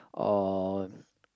or